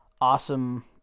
awesome